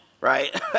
right